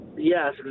Yes